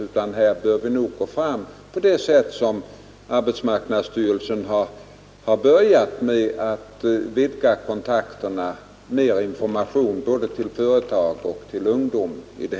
Vi bör nog i stället gå fram på det sättet som arbetsmarknadsstyrelsen redan har börjat göra, nämligen att vidga kontakterna och lämna mera information till såväl företag som ungdomar.